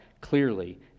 clearly